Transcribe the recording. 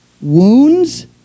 wounds